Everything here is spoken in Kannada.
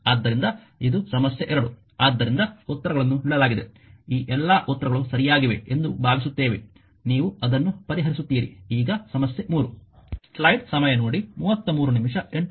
ಆದ್ದರಿಂದ ಇದು ಸಮಸ್ಯೆ 2 ಆದ್ದರಿಂದ ಉತ್ತರಗಳನ್ನು ನೀಡಲಾಗಿದೆ ಈ ಎಲ್ಲಾ ಉತ್ತರಗಳು ಸರಿಯಾಗಿವೆ ಎಂದು ಭಾವಿಸುತ್ತೇವೆ ನೀವು ಅದನ್ನು ಪರಿಹರಿಸುತ್ತೀರಿ ಈಗ ಸಮಸ್ಯೆ 3